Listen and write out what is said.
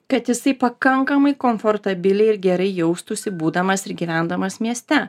kad jisai pakankamai komfortabiliai ir gerai jaustųsi būdamas ir gyvendamas mieste